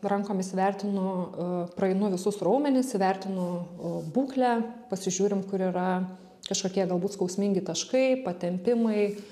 rankomis vertinu praeinu visus raumenis įvertinu būklę pasižiūrim kur yra kažkokie galbūt skausmingi taškai patempimai